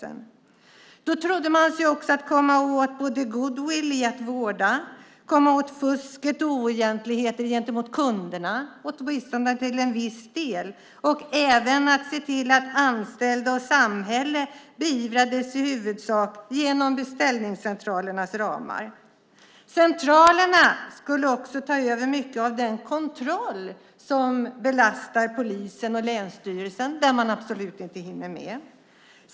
Man trodde att man skulle skapa goodwill när det gäller att vårda, att man skulle komma åt fusk och oegentligheter gentemot kunderna, åtminstone till en viss del, och att man även skulle se till att beivra oegentligheter mot anställda och samhälle genom beställningscentralerna. Centralerna skulle också ta över mycket av den kontroll som belastar polisen och länsstyrelsen, som absolut inte hinner med det.